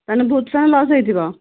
ତାନେ ବହୁତ ଟଙ୍କା ଲସ୍ ହେଇଥିବ